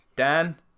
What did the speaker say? Dan